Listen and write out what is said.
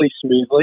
smoothly